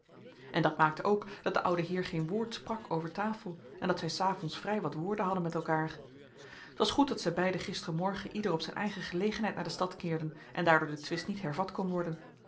en dat maakte ook dat de oude heer geen woord sprak over tafel en dat zij s avonds vrij wat woorden hadden met elkaar t was goed dat zij beiden gistermorgen ieder op zijn eigen gelegenheid naar de stad keerden en daardoor de twist niet hervat kon worden